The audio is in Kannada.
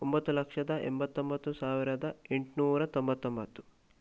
ಒಂಬತ್ತು ಲಕ್ಷದ ಎಂಬತ್ತೊಂಬತ್ತು ಸಾವಿರದ ಎಂಟ್ನೂರ ತೊಂಬತ್ತೊಂಬತ್ತು